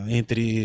entre